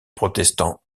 protestants